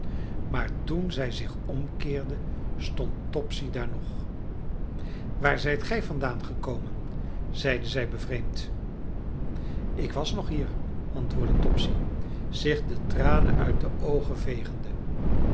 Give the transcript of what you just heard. maar toen zij zich omkeerde stond topsy daar nog waar zijt gij vandaan gekomen zeide zij bevreemd ik was nog hier antwoordde topsy zich de tranen uit de oogen vegende